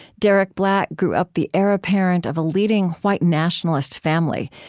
derek black grew up the heir apparent of a leading white nationalist family.